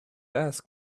ask